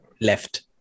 left